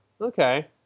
Okay